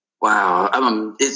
Wow